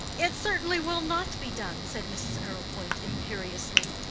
it certainly will not be done, said mrs. arrowpoint, imperiously.